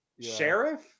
sheriff